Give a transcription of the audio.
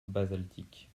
basaltique